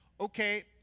okay